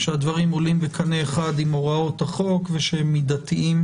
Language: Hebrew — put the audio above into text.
שהדברים עולים בקנה אחד עם הוראות החוק ושהם מידתיים